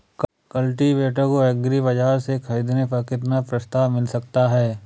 Cultivator को agri बाजार से ख़रीदने पर कितना प्रस्ताव मिल सकता है?